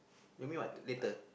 you mean what later